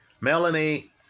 Melanie